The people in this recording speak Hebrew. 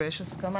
ויש הסכמה,